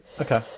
Okay